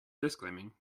disclaiming